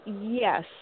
Yes